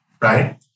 Right